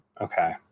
Okay